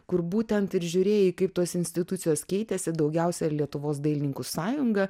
kur būtent ir žiūrėjai kaip tos institucijos keitėsi daugiausia ir lietuvos dailininkų sąjunga